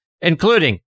including